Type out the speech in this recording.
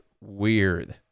weird